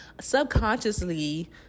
subconsciously